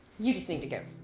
you just need to go.